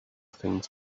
things